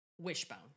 Wishbone